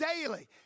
daily